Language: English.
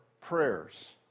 prayers